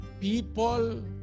people